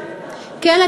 כן,